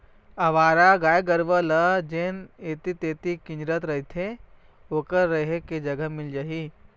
अवारा गाय गरूवा ल जेन ऐती तेती किंजरत रथें ओखर रेहे के जगा मिल जाही